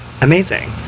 Amazing